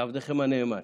ועבדכם הנאמן.